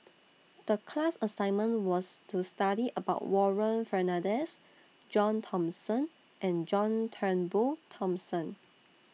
The class assignment was to study about Warren Fernandez John Thomson and John Turnbull Thomson